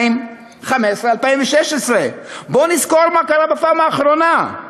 2015 2016. בואו נזכור מה קרה בפעם האחרונה,